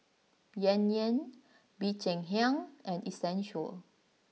Yan Yan Bee Cheng Hiang and Essential